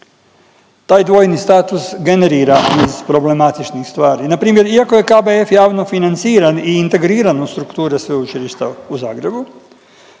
Taj dvojni status generira niz problematičnih stvari. Npr. iako je KBF javno financiran i integriran u strukture Sveučilišta u Zagrebu,